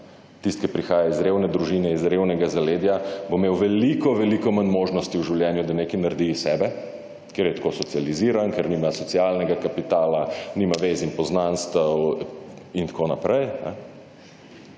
tisti, ki prihaja iz revne družine, iz revnega zaledja, bo imel veliko, veliko manj možnosti v življenju, da nekaj naredi iz sebe, ker je tako socializiran, ker nima socialnega kapitala, nima vez in poznanstev in tako naprej.